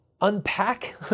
unpack